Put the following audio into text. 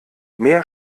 mehr